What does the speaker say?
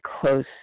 close